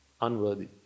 unworthy